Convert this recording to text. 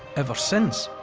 ever since,